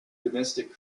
domestic